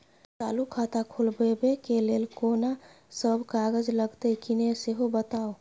चालू खाता खोलवैबे के लेल केना सब कागज लगतै किन्ने सेहो बताऊ?